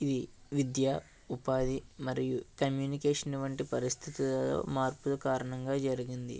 ఇది విద్య ఉపాధి మరియు కమ్యూనికేషన్ వంటి పరిస్థితులలో మార్పులు కారణంగా జరిగింది